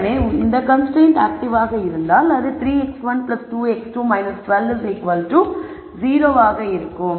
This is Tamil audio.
எனவே இந்த கன்ஸ்ரைன்ட் ஆக்டிவாக இருந்தால் அது 3 x1 2 x2 12 0 ஆக இருக்கும்